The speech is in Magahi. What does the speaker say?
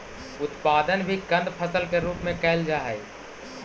उत्पादन भी कंद फसल के रूप में कैल जा हइ